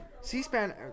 C-SPAN